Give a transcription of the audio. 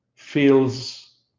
feels